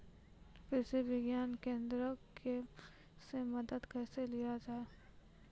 कृषि विज्ञान केन्द्रऽक से मदद कैसे लिया जाय?